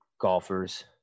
golfers